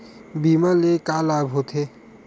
बीमा ले का लाभ होथे?